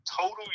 total